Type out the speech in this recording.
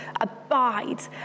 abide